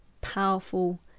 powerful